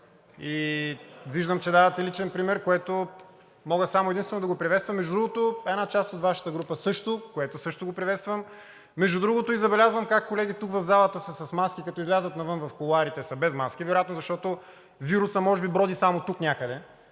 виждам, че давате личен пример, което мога само единствено да го приветствам. Между другото, една част от Вашата група също, което също приветствам. Между другото, забелязвам как колеги тук, в залата, са с маски, а като излязат в кулоарите са без маски, вероятно защото вирусът може би броди само тук някъде,